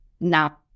now